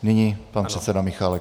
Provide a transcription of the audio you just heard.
Nyní pan předseda Michálek.